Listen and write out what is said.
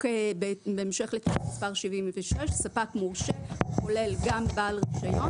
בהמשך לתיקון מס' 76 ספק מורשה כולל גם בעל רישיון